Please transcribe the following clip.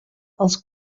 els